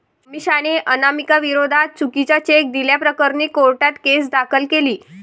अमिषाने अनामिकाविरोधात चुकीचा चेक दिल्याप्रकरणी कोर्टात केस दाखल केली